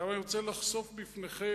עכשיו, אני רוצה לחשוף לפניכם